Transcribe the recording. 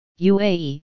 UAE